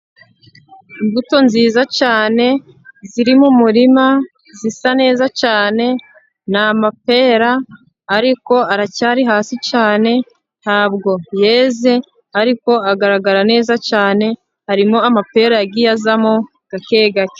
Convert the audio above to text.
Imbuto nziza cyane, zirimo umurima zisa neza cyane, na amapera ariko aracyari hasi cyane, ntabwo yeze ariko agaragara neza cyane, harimo amapera yagiye azamo gake gake.